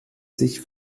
sich